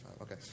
Okay